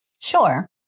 Sure